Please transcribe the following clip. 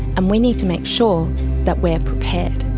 and we need to make sure that we are prepared.